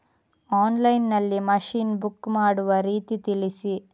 Online ನಲ್ಲಿ machine book ಮಾಡುವ ರೀತಿ ತಿಳಿಸಿ?